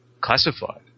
classified